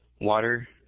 water